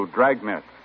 Dragnet